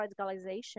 radicalization